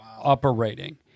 operating